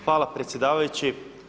Hvala predsjedavajući.